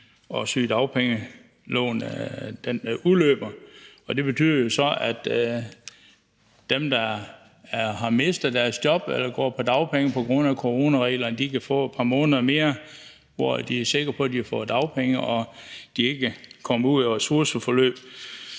og sygedagpengeloven udløber, og det betyder, at dem, der har mistet deres job, eller som går på dagpenge på grund af coronareglerne, kan få et par måneder mere, hvor de er sikre på, at de får dagpenge, og at de ikke kommer ud i ressourceforløb,